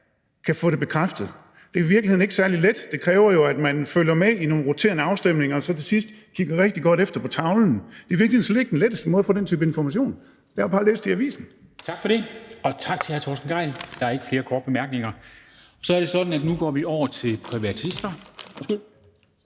kan få det bekræftet. Det er i virkeligheden ikke særlig let. Det kræver jo, at man følger med i nogle roterende afstemninger og så til sidst kigger rigtig godt efter på tavlen. Det er i virkeligheden slet ikke den letteste måde at få den type information på. Det letteste er bare at læse det i avisen.